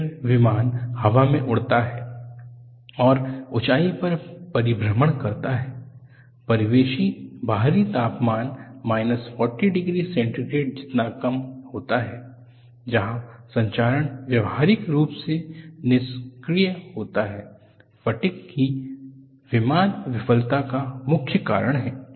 फिर विमान हवा में उड़ता है और ऊंचाई पर परिभ्रमण करता है परिवेशी बाहरी तापमान माइनस 40 डिग्री सेंटीग्रेड जितना कम होता है जहां संक्षारण व्यावहारिक रूप से निष्क्रिय होता है फटिग ही विमान विफलता का प्रमुख कारण है